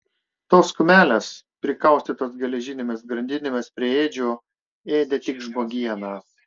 tos kumelės prikaustytos geležinėmis grandinėmis prie ėdžių ėdė tik žmogieną